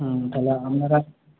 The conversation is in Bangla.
হুম তাহলে আপনারা